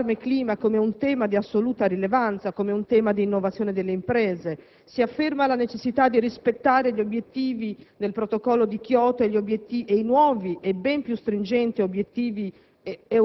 l'allarme clima come un tema di assoluta rilevanza, come un tema di innovazione delle imprese; si afferma la necessità di rispettare gli obiettivi del Protocollo di Kyoto ed i nuovi e ben più stringenti obiettivi